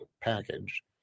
package